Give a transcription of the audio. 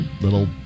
little